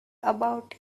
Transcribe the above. about